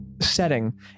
setting